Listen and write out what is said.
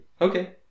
Okay